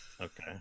okay